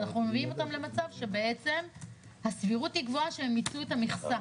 ואנחנו מביאים אותם למצב שבעצם הסבירות גבוהה שהם ימצו את המכסה.